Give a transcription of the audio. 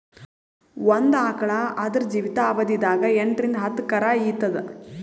ಒಂದ್ ಆಕಳ್ ಆದ್ರ ಜೀವಿತಾವಧಿ ದಾಗ್ ಎಂಟರಿಂದ್ ಹತ್ತ್ ಕರಾ ಈತದ್